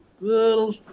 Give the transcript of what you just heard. little